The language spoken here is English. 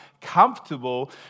comfortable